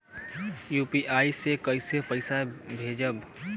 UPI से कईसे पैसा भेजब?